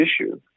issue